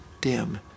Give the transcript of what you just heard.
dim